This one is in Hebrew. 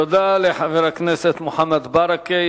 תודה לחבר הכנסת מוחמד ברכה.